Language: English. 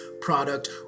product